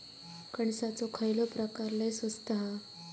कणसाचो खयलो प्रकार लय स्वस्त हा?